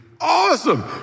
awesome